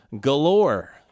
Galore